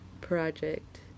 project